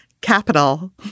capital